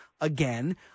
again –